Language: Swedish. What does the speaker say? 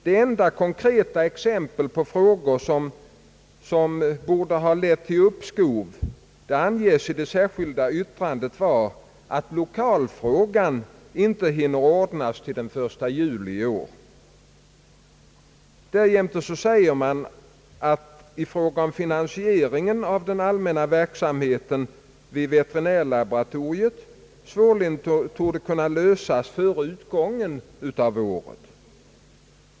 Det enda konkreta exempel på frågor som borde ha lett till uppskov anges i det särskilda yttrandet vara att lokalfrågan inte hinner ordnas till den 1 juli i år. Därjämte sägs att frågan om finansieringen av den allmänna delen av verksamheten vid veterinärlaboratorierna svårligen torde hinna lösas före utgången av året.